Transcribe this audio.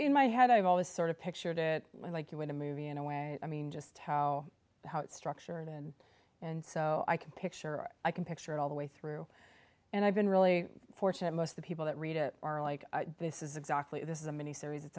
in my head i've always sort of pictured it like you in a movie in a way i mean just how how it's structured and and so i can picture or i can picture it all the way through and i've been really fortunate most of the people that read it are like this is exactly this is a miniseries